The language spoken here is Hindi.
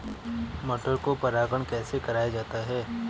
मटर को परागण कैसे कराया जाता है?